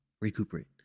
recuperate